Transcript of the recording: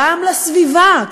גם לסביבה,